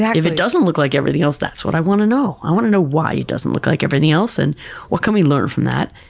if it doesn't look like everything else, that's what i want to know. i want to know why it doesn't look like everything else, and what can we learn from that?